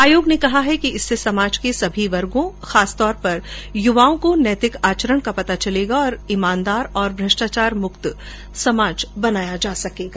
आयोग ने कहा है कि इससे समाज के सभी वर्गो विशेषकर युवाओं को नैतिक आचरण का पता चलेगा और ईमानदार और भ्रष्टाचार मुक्त समाज बनाया जा सकेगा